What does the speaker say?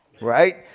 right